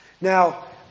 Now